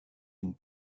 une